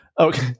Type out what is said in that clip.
Okay